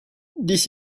this